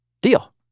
deal